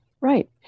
Right